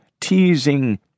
teasing